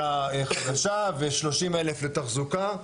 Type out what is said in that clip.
למכונה חדשה ו-30,000 לתחזוקה.